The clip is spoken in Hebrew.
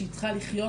שהיא צריכה לחיות,